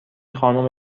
خانم